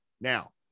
Now